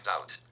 out